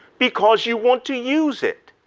because you want to use it.